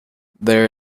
there